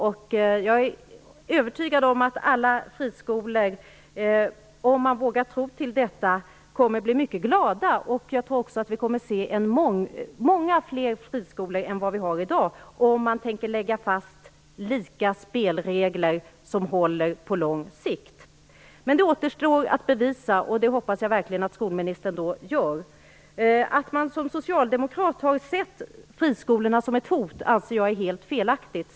Jag är också övertygad om att alla friskolor, om man vågar tro på detta, kommer att bli mycket glada. Jag tror också att vi kommer att få många fler friskolor än vad som finns i dag om regeringen tänker lägga fast lika spelregler, som håller på lång sikt. Men det återstår att bevisa, och det hoppas jag verkligen att skolministern gör. Att, som socialdemokraterna har gjort, se friskolorna som ett hot anser jag helt felaktigt.